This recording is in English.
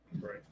Right